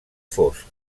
fosc